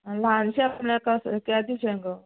ल्हानशें म्हटल्या केदें शें गो